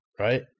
Right